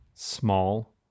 Small